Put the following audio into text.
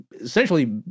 essentially